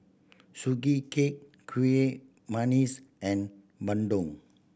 Sugee Cake kuih and bandung